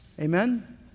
Amen